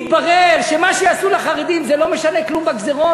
התברר שמה שיעשו לחרדים זה לא משנה כלום בגזירות.